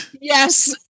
Yes